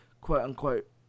quote-unquote